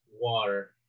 water